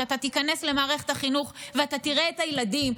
שאתה תיכנס למערכת החינוך ואתה תראה את הילדים.